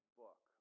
book